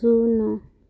ଶୂନ